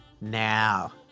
now